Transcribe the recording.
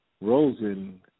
Rosen